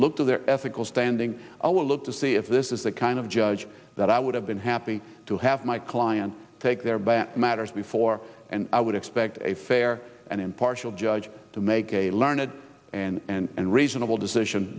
look to their ethical standing i will look to see if this is the kind of judge that i would have been happy to have my client take their bat matters before and i would expect a fair and impartial judge to make a learned and reasonable decision